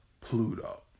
Pluto